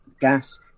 gas